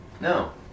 No